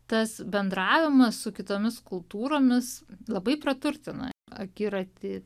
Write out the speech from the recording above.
tas bendravimas su kitomis kultūromis labai praturtina akiratį